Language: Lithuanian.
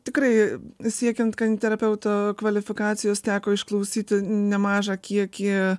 tikrai siekiant kaniterapeuto kvalifikacijos teko išklausyti nemažą kiekį